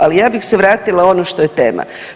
Ali ja bih se vratila na ono što je tema.